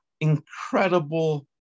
incredible